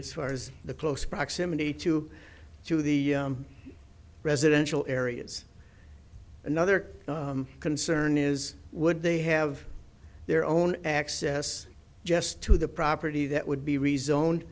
s far as the close proximity to to the residential areas another concern is would they have their own access just to the property that would be